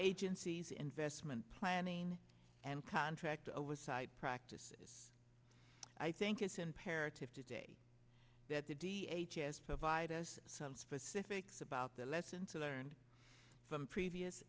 agency's investment planning and contract oversight practices i think it's imperative today that the d h s provide us some specifics about the lessons learned from previous